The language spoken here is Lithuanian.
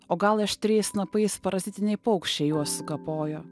o gal aštriais snapais parazitiniai paukščiai juos sukapojo